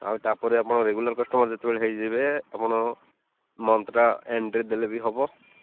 ଆଉ ତା'ପରେ ଆପଣ ରେଗୁଲାର କଷ୍ଟମର୍ ଯେତେବେଳେ ହେଇଯିବେ ଆପଣ ମନ୍ଥଟା ଏଣ୍ଡରେ ଦେଲେ ବି ହେବ